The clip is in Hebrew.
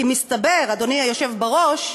כי מסתבר, אדוני היושב בראש,